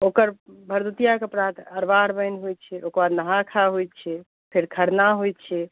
ओकर भरदुतिआके प्रात अरबा अरबानि होइ छै ओकर नहा खा होइ छै फेर खरना होइ छै